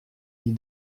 nid